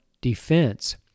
defense